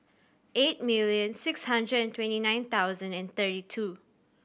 eight million six hundred and twenty nine thousand and twenty two